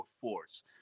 force